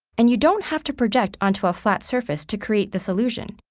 and you don't have to project onto a flat surface to create this illusion.